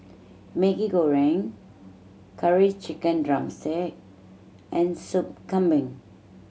Maggi Goreng Curry Chicken drumstick and Sup Kambing